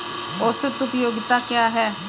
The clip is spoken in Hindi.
औसत उपयोगिता क्या है?